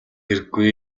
хэрэггүй